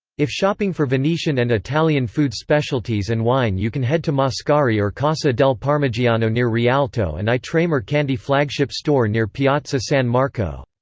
if shopping for venetian and italian food specialties and wine you can head to mascari or casa del parmigiano near rialto and i tre mercanti flagship store near piazza san marco.